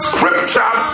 Scripture